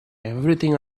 everything